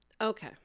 okay